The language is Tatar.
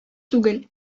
түгел